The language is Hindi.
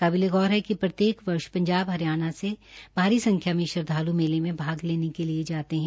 काबिलेगौर है कि प्रत्येक वर्ष पंजाब हरियाणा से भारी संख्या में श्रद्वाल् मेले में भाग लेने के लिए जाते है